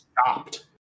stopped